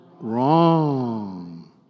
wrong